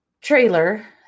trailer